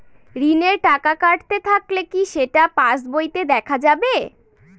ঋণের টাকা কাটতে থাকলে কি সেটা পাসবইতে দেখা যাবে?